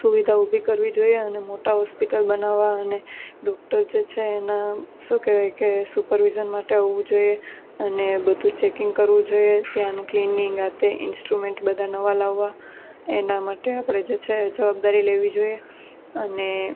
સુવિધા ઊભી કરવી જોઈએ અને મોટાં હોસ્પિટલ બનાવવાં અને ડૉક્ટર જે છે એના શું કહેવાય કે સુપરવિઝન માટે આવવું જોઈએ અને બધું ચેકિંગ કરવું જોઈએ ત્યાંનું ક્લિનિંગ આ તે ઇન્સ્ટ્રુમેન્ટ બધા નવાં લાવવા એના માટે આપણે જે છે જવાબદારી લેવી જોઈએ અને